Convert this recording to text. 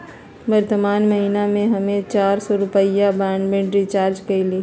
वर्तमान महीना में हम्मे चार सौ रुपया के ब्राडबैंड रीचार्ज कईली